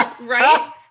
right